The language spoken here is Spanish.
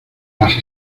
las